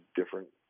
different